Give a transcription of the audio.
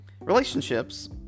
relationships